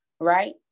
right